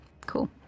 Cool